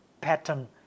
pattern